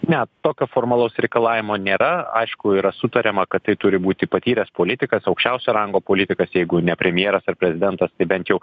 ne tokio formalaus reikalavimo nėra aišku yra sutariama kad tai turi būti patyręs politikas aukščiausio rango politikas jeigu ne premjeras ar prezidentas tai bent jau